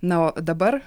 na o dabar